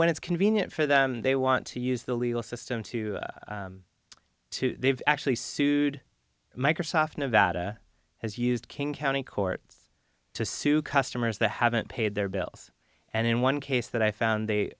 when it's convenient for them they want to use the legal system to they've actually sued microsoft nevada has used king county courts to sue customers they haven't paid their bills and in one case that i found